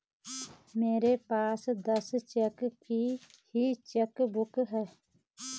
मेरे पास दस चेक की ही चेकबुक है